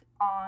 on